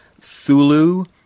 Thulu